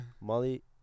Molly